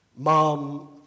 Mom